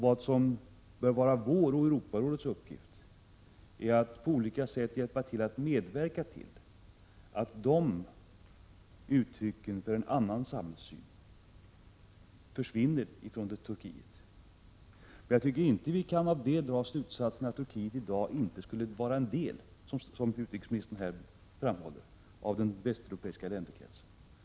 Vad som bör vara vår och Europarådets uppgift är att på olika sätt medverka till att de uttrycken för en annan samhällssyn försvinner från Turkiet. Jag tycker inte att vi av det kan dra slutsatsen att Turkiet i dag, som utrikesministern här hävdar, inte skulle vara en del av den västeuropeiska länderkretsen.